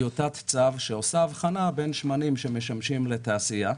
טיוטת צו שעושה הבחנה בין שמנים שמשמשים לתעשייה,